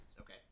Okay